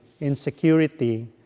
insecurity